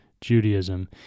Judaism